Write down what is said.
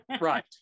Right